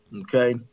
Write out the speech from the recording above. okay